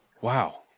Wow